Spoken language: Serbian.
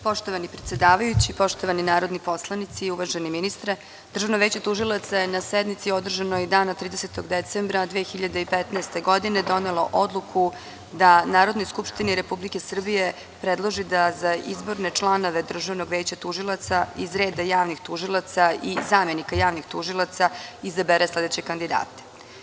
Poštovani predsedavajući, poštovani narodni poslanici, uvaženi ministre Državno veće tužilaca je na sednici održanoj dana 30. decembra 2015. godine donelo odluku da Narodnoj skupštini Republike Srbije predloži da za izborne članove Državnog veća tužilaca iz reda javnih tužilaca i zamenika javnih tužilaca izabere sledeće kandidate.